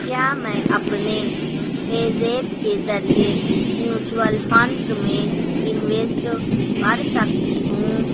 کیا میں اپنے پے زیپ کے ذریعے میوچئل فنڈس میں انویسٹ کرسکتی ہوں